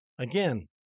Again